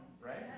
right